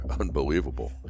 Unbelievable